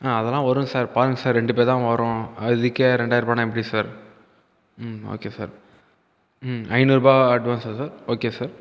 அதெல்லாம் வரும் சார் பாருங்கள் சார் ரெண்டு பேர் தான் வரோம் அதுக்கே ரெண்டாயிரரூபான்னா எப்படி சார் ஓகே சார் ஐநூறுரூபா அட்வான்ஸா சார் ஓகே சார்